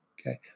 Okay